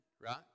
right